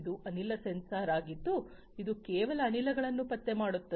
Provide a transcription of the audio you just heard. ಇದು ಅನಿಲ ಸೆನ್ಸರ್ಆಗಿದ್ದು ಅದು ಕೆಲವು ಅನಿಲಗಳನ್ನು ಪತ್ತೆ ಮಾಡುತ್ತದೆ